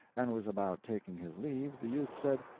and was about taking his leave, the youth said,